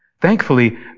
Thankfully